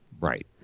Right